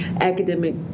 academic